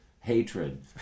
hatred